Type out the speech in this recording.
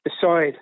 decide